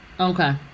Okay